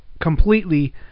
Completely